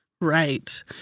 Right